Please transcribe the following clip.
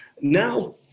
Now